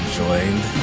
joined